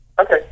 Okay